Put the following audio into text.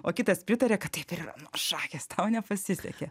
o kitas pritaria kad taip ir yra šakės tau nepasisekė